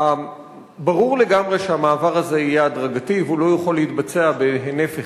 ברור לגמרי שהמעבר הזה יהיה הדרגתי והוא לא יכול להתבצע בהינף אחד,